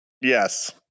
Yes